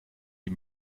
die